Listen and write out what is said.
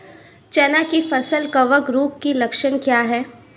चना की फसल कवक रोग के लक्षण क्या है?